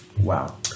wow